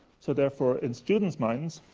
so therefore, in student's minds,